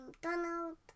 Donald